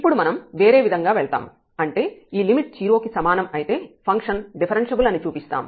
ఇప్పుడు మనం వేరే విధంగా వెళ్తాము అంటే ఈ లిమిట్ 0 కి సమానం అయితే ఫంక్షన్ డిఫరెన్ష్యబుల్ అని చూపిస్తాము